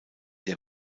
der